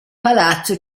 palazzo